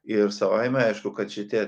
ir savaime aišku kad šitie